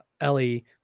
Ellie